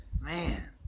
Man